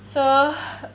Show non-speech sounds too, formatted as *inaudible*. so *breath*